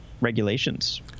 regulations